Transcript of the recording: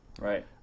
right